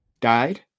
died